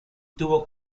tuvo